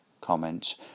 comments